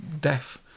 deaf